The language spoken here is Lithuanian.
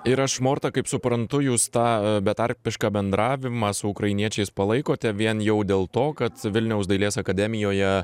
ir aš morta kaip suprantu jūs tą betarpišką bendravimą su ukrainiečiais palaikote vien jau dėl to kad vilniaus dailės akademijoje